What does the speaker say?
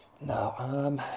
No